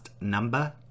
number